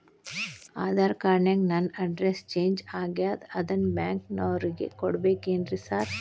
Aadhaar card ನ್ಯಾಗ ನನ್ address change ಆಗ್ಯಾದ ಅದನ್ನ ಬ್ಯಾಂಕಿನೊರಿಗೆ ಕೊಡ್ಬೇಕೇನ್ರಿ ಸಾರ್?